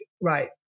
right